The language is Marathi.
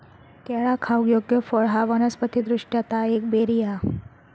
केळा खाऊक योग्य फळ हा वनस्पति दृष्ट्या ता एक बेरी हा